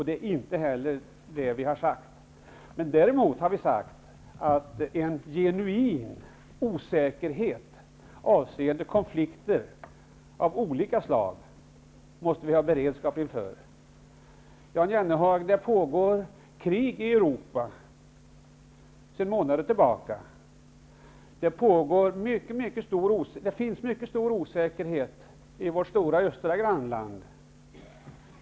Det är inte heller det vi har sagt. Men däremot har vi sagt att det finns en genuin osäkerhet avseende konflikter av olika slag, och det måste vi ha beredskap inför. Det pågår krig i Europa, Jan Jennehag, sedan månader tillbaka. Det finns en mycket stor osäkerhet i vårt stora östra grannland.